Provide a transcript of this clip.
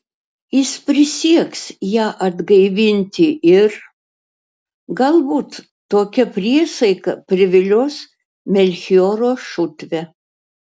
jis prisieks ją atgaivinti ir galbūt tokia priesaika privilios melchioro šutvę